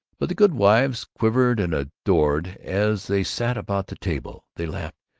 but the goodwives quivered and adored as they sat about the table. they laughed,